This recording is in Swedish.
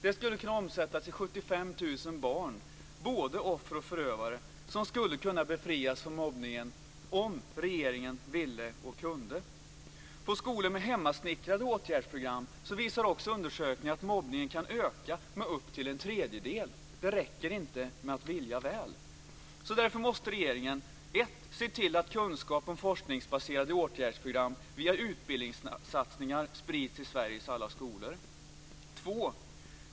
Det skulle kunna omsättas i 75 000 barn, både offer och förövare, som skulle kunna befrias från mobbningen om regeringen ville och kunde. På skolor med hemsnickrade åtgärdsprogram visar undersökningar att mobbningen kan öka med upp till en tredjedel. Det räcker inte med att vilja väl. Därför måste regeringen: 1. Se till att kunskap om forskningsbaserade åtgärdsprogram via utbildningssatsningar sprids i 2.